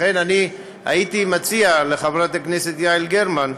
לכן הייתי מציע לחברת הכנסת יעל גרמן,